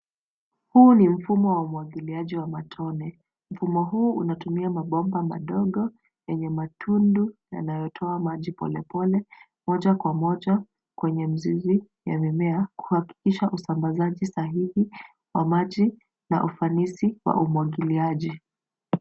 Huu ni mfumo wa umwagiliaji wa matone. Mfumo huu unatumia mabomba madogo, yenye matundu yanayotoa maji polepole moja kwa moja kwenye mizizi ya mimea, kuhakikisha usambazaji sahihi wa maji, na ufanisi wa umwagiliaji.